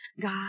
God